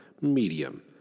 Medium